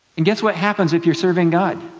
and guess what happens if you're serving god?